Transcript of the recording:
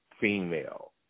female